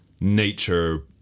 nature